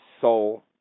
soul